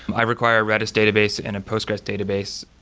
i require redis database and a postgresql database.